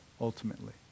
ultimately